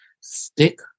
stick